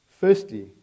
firstly